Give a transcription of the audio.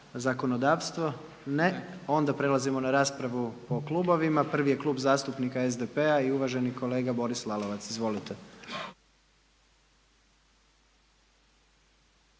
zakonodavstvo? Ne. Prelazimo na raspravu po klubovima. Prvi je Klub zastupnika SDP-a i uvaženi kolega Boris Lalovac. Izvolite.